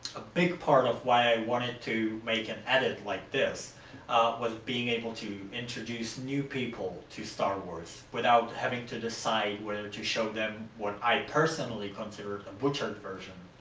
big part of why i wanted to make an edit like this was being able to introduce new people to star wars without having to decide whether to show them what i personally considered a butchered version,